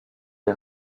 est